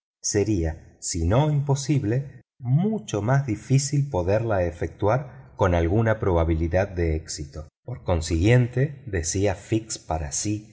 sería si no imposible mucho más difícil poderla efectuar con alguna probabilidad de éxito por consiguiente decía fix para sí